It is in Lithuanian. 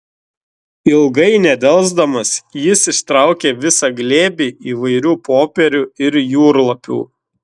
ilgai nedelsdamas jis ištraukė visą glėbį įvairių popierių ir jūrlapių